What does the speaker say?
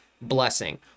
blessing